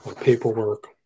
paperwork